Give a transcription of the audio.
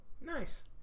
nice